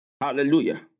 Hallelujah